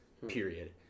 Period